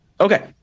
Okay